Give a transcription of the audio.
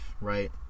right